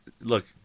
Look